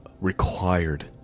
required